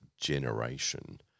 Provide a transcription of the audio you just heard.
generation